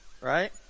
right